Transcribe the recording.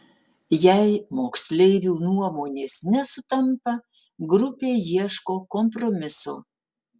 jei moksleivių nuomonės nesutampa grupė ieško kompromiso